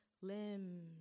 limbs